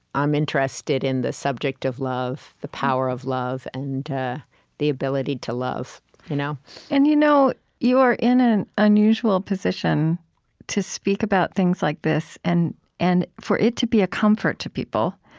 um interested in the subject of love, the power of love, and the ability to love you know and you know you are in an unusual position to speak about things like this and and for it to be a comfort to people,